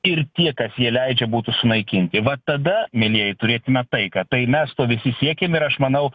ir tie kas ją leidžia būtų sunaikinti vat tada mielieji turėtume taiką tai mes to visi siekim ir aš manau